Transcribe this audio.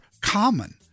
common